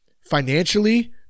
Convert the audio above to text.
financially